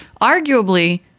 arguably